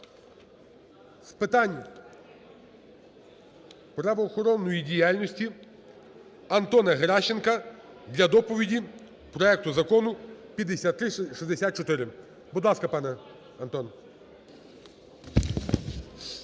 з питань правоохоронної діяльності Антона Геращенка для доповіді проекту Закону 5364. Будь ласка, пане Антон.